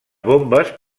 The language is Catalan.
bombes